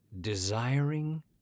Desiring